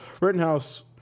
Rittenhouse